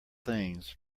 things